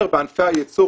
יותר בענפי הייצור,